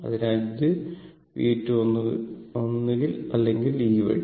അതിനാൽ ഇത് V2 ഒന്നുകിൽ അല്ലെങ്കിൽ ഈ വഴി